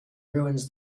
ruins